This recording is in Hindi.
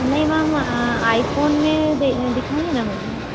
नहीं मैम आईफ़ोन में दिखाइए न मुझे